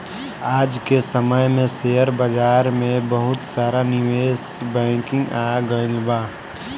आज के समय में शेयर बाजार में बहुते सारा निवेश बैंकिंग आ गइल बा